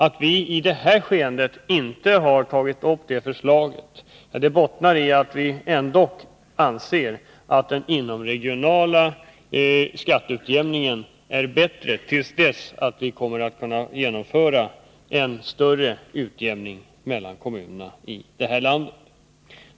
Att vii det här sammanhanget ändå stöder föreliggande förslag beror på att vi anser att den inomregionala skatteutjämningen trots allt är bättre, tills vi kan genomföra en större utjämning mellan kommunerna i landet.